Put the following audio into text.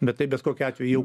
bet tai bet kokiu atveju jau